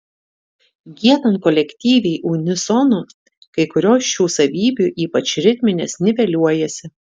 giedant kolektyviai unisonu kai kurios šių savybių ypač ritminės niveliuojasi